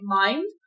mind